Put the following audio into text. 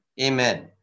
Amen